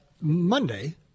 Monday